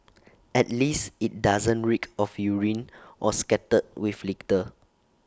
at least IT doesn't reek of urine or scattered with litter